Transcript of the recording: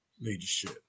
leadership